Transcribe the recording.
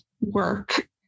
work